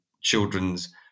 children's